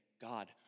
God